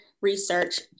Research